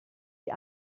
die